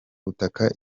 butaka